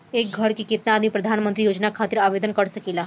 एक घर के केतना आदमी प्रधानमंत्री योजना खातिर आवेदन कर सकेला?